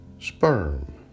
Sperm